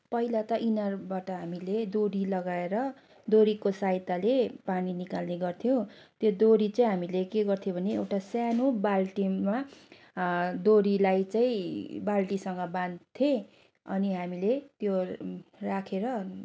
पहिला त इनारबाट हामीले डोरी लगाएर डोरीको सहायताले पानी निकाल्ने गर्थ्यो त्यो डोरी चाहिँ हामीले के गर्थ्यो भने एउटा सानो बाल्टीमा डोरीलाई चाहिँ बाल्टीसँग बान्थेँ अनि हामीले त्यो राखेर